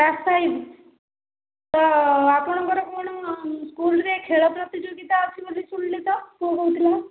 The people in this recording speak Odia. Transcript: କ୍ଲାସ ଫାଇଭ୍ ତ ଆପଣଙ୍କର କଣ ସ୍କୁଲରେ ଖେଳ ପ୍ରତିଯୋଗିତା ଅଛି ବୋଲି ଶୁଣିଲି ତ ପୁଅ କହୁଥିଲା